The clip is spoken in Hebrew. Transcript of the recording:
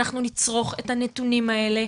אנחנו נצרוך את הנתונים האלה,